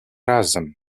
razem